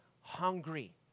hungry